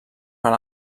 per